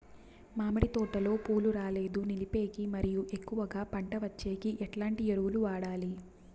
మామిడి తోటలో పూలు రాలేదు నిలిపేకి మరియు ఎక్కువగా పంట వచ్చేకి ఎట్లాంటి ఎరువులు వాడాలి?